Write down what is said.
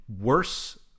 worse